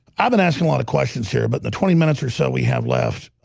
i've been asking a lot of questions here but the twenty minutes or so we have left.